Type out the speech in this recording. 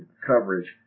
coverage